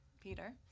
peter